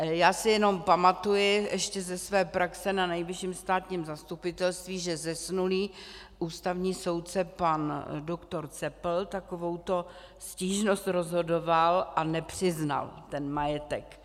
Já si jenom pamatuji ještě ze své praxe na Nejvyšším státním zastupitelství, že zesnulý ústavní soudce pan doktor Cepl takovouto stížnost rozhodoval a nepřiznal ten majetek.